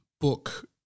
book